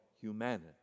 humanity